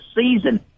season